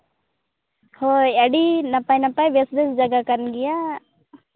ᱦᱳᱭ ᱟᱹᱰᱤ ᱱᱟᱯᱟᱭ ᱱᱟᱯᱟᱭ ᱵᱮᱥ ᱵᱮᱥ ᱡᱟᱭᱜᱟ ᱠᱟᱱ ᱜᱮᱭᱟ